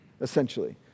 essentially